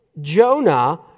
Jonah